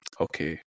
Okay